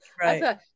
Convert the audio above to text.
right